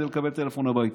כדי לקבל טלפון הביתה.